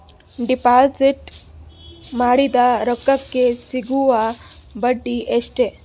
Deposit ಮಾಡಿದ ರೊಕ್ಕಕೆ ಸಿಗುವ ಬಡ್ಡಿ ಎಷ್ಟ್ರೀ?